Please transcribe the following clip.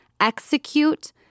execute